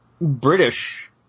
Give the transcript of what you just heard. British